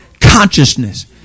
Consciousness